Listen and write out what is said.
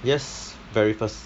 yes very first